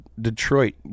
Detroit